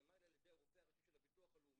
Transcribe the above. נאמר לי על ידי הרופא הראשי של ביטוח לאומי: